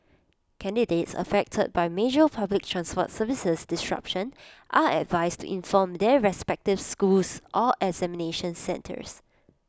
candidates affected by major public transport service disruption are advised to inform their respective schools or examination centres